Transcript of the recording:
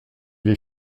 est